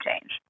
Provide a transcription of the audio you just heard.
change